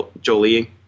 Jolie